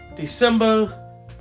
December